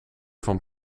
van